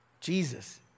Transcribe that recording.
Jesus